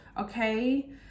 okay